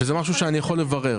זה דבר שאני יכול לברר.